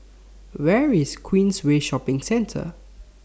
Where IS Queensway Shopping Center